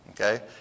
okay